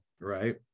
right